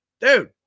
dude